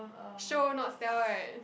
show not tell right